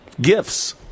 gifts